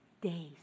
days